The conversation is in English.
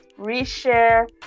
reshare